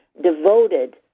devoted